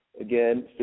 again